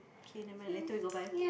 okay never mind later we go buy